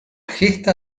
gesta